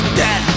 dead